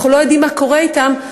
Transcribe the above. ואנחנו לא יודעים מה קורה אתן,